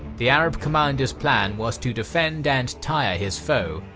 the arab commander's plan was to defend and tire his foe,